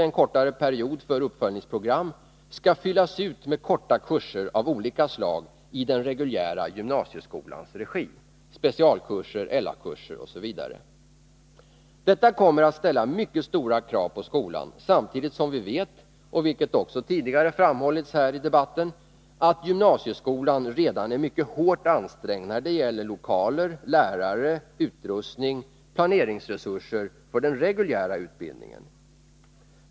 en kortare period för uppföljningsprogram, skall fyllas ut med korta kurser av olika slag i den reguljära gymnasieskolans regi, specialkurser, LA-kurser osv. Detta kommer att ställa mycket stora krav på skolan, samtidigt som vi vet, vilket också tidigare framhållits i debatten, att gymnasieskolan redan är mycket hårt ansträngd när det gäller lokaler, lärare, utrustning och planeringsresurser för den reguljära utbildningen.